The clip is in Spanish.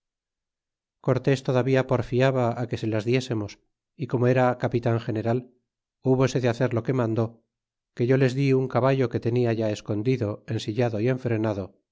cortés todavía porfiaba que se las diésemos é como era capilar general hubose de hacer o que mandó que yo les dí un caballo que tenia ya escondido ensillado y enfrenado y